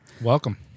Welcome